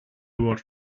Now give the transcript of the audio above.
word